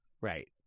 right